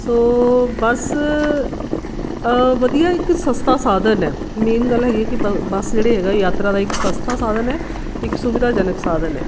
ਸੋ bus ਵਧੀਆ ਇੱਕ ਸਸਤਾ ਸਾਧਨ ਹੈ ਮੇਨ ਗੱਲ ਹੈਗੀ ਹੈ ਕਿ ਬ ਬੱਸ ਜਿਹੜੇ ਹੈਗਾ ਯਾਤਰਾ ਦਾ ਇੱਕ ਸਸਤਾ ਸਾਧਨ ਹੈ ਇੱਕ ਸੁਵਿਧਾਜਨਕ ਸਾਧਨ ਹੈ